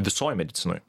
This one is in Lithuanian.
visoj medicinoj